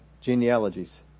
genealogies